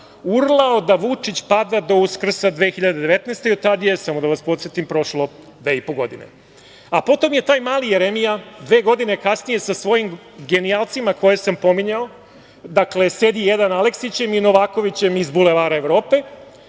urlao da Vučić pada do Uskrsa 2019. godine. Od tada je, samo da vas podsetim, prošlo dve i po godine. Potom je taj mali Jeremija, dve godine kasnije, sa svojim genijalcima koje sam pominjao, dakle - sedi jedan Aleksićem i Novakovićem iz bulevara Evrope,